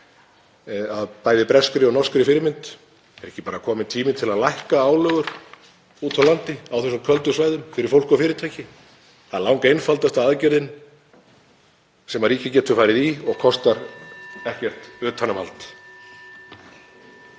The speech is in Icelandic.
að breskri og norskri fyrirmynd: Er ekki bara kominn tími til að lækka álögur úti á landi á þessum köldu svæðum fyrir fólk og fyrirtæki? Það er langeinfaldasta aðgerðin sem ríkið getur farið í og kostar ekkert utanumhald.